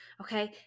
okay